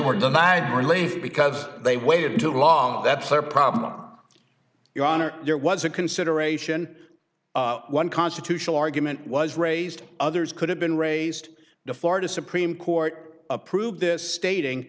were denied relief because they waited too long that's their problem your honor there was a consideration one constitutional argument was raised others could have been raised the florida supreme court approved this stating